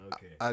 Okay